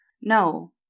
No